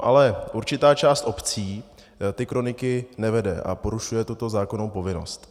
Ale určitá část obcí ty kroniky nevede a porušuje tuto zákonnou povinnost.